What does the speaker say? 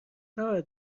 نباید